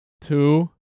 two